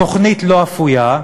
התוכנית לא אפויה.